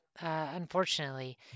unfortunately